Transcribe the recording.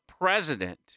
president